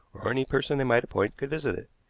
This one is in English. or any person they might appoint could visit it.